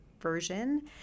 version